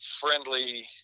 friendly